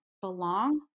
belong